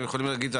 הם יכולים להגיד.